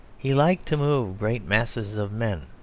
he liked to move great masses of men,